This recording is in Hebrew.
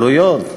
עלויות,